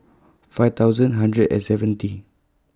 five thousand hundred and seventy